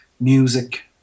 music